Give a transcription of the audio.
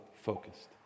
focused